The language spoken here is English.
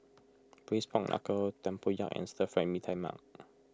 Braised Pork Knuckle Tempoyak and Stir Fried Mee Tai Mak